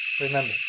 Remember